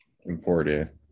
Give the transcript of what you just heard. important